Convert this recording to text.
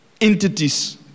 entities